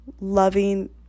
loving